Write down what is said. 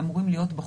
אמורים להיות בחוץ,